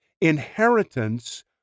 Inheritance